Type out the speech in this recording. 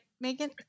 megan